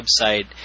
website